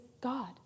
God